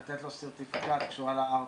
לתת לו סרטיפיקט כשהוא עלה ארצה.